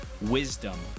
wisdom